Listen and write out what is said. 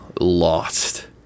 lost